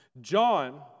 John